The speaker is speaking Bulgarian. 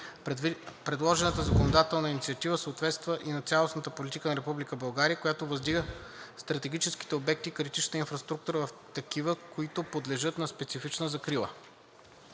Предложената законодателна инициатива съответства и на цялостната политика на Република България, която въздига стратегическите обекти и критична инфраструктура в такива, които подлежат на специфична закрила.